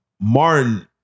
Martin